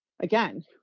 again